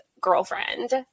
girlfriend